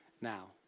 now